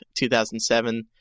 2007